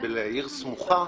בעיר סמוכה,